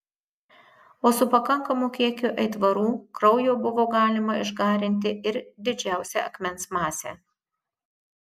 o su pakankamu kiekiu aitvarų kraujo buvo galima išgarinti ir didžiausią akmens masę